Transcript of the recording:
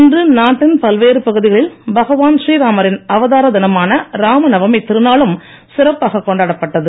இன்று நாட்டின் பல்வேறு பகுதிகளில் பகவான் ஸ்ரீராமரின் அவதார தினமான ராமநவமி திருநாளும் சிறப்பாக கொண்டாடப்பட்டது